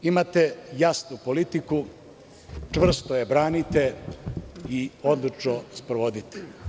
Imate jasnu politiku, čvrsto je branite i odlučno sprovodite.